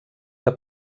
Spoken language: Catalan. que